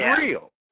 real